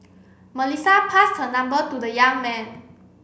Melissa passed her number to the young man